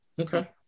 Okay